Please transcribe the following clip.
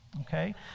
okay